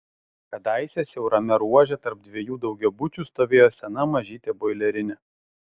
kadaise siaurame ruože tarp dviejų daugiabučių stovėjo sena mažytė boilerinė